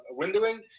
windowing